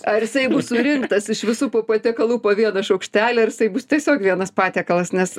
ar jisai bus surinktas iš visų pa patiekalų po vieną šaukštelį ar jisai bus tiesiog vienas patiekalas nes